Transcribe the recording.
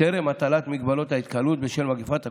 טרם הטלת הגבלות ההתקהלות בשל מגפת הקורונה,